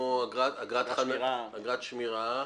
כמו אגרת שמירה.